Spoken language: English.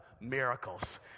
miracles